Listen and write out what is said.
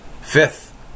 Fifth